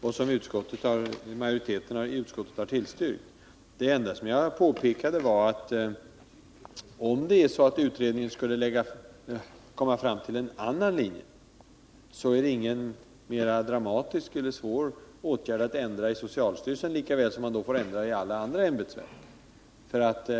och som utskottsmajoriteten har tillstyrkt, är riktigt. Det enda jag påpekade var att om utredningen skulle komma fram till en annan linje, så är det ingen särskilt dramatisk eller svår åtgärd att genomföra en ändring i socialstyrelsen, lika väl som man då får ändra i alla andra ämbetsverk.